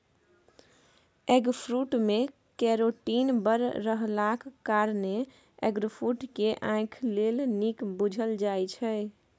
eggfruit मे carotene बड़ रहलाक कारणेँ एगफ्रुट केँ आंखि लेल नीक बुझल जाइ छै